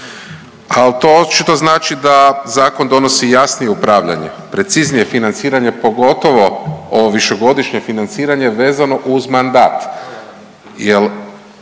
Ali to očito znači da zakon donosi jasnije upravljanje, preciznije financiranje, pogotovo o višegodišnje financiranje vezano uz mandat